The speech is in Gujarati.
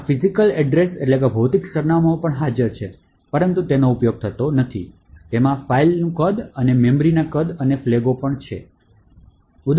આ ભૌતિક સરનામાંઓ પણ હાજર છે પરંતુ તેનો ઉપયોગ થતો નથી તેમાં ફાઇલ કદ અને મેમરી કદ અને ફ્લેગો પણ છે